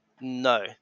No